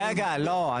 רגע, לא.